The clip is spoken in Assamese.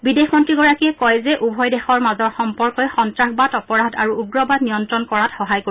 বিদেশমন্ত্ৰীগৰাকীয়ে কয় যে উভয় দেশৰ মাজৰ সম্পৰ্কই সন্নাসবাদ অপৰাধ আৰু উগ্ৰবাদ নিয়ন্ত্ৰণ কৰাত সহায় কৰিব